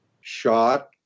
shot